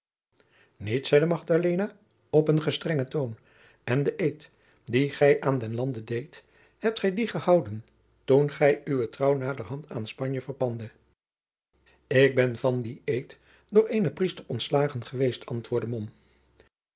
op een gestrengen toon en den eed dien gij aan den lande deed hebt gij dien gehouden toen gij uwen trouw naderhand aan spanje verpandet ik ben van dien eed door eenen priester ontslagen geweest antwoordde